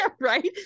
right